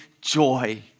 joy